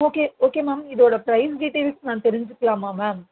okay okay ma'am இதோட price details நான் தெரிஞ்சிக்லாமா மேம்